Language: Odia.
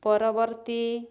ପରବର୍ତ୍ତୀ